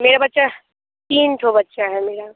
मेरा बच्चा तीन ठो बच्चा है मेरा